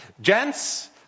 gents